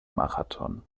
marathon